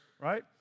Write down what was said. right